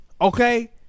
Okay